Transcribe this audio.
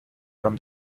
from